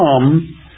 come